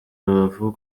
rubavu